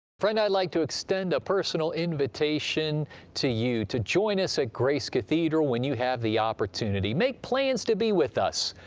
friend, i'd like to extend a personal invitation to you to join us at grace cathedral when you have the opportunity. make plans to be with us!